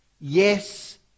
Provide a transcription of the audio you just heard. Yes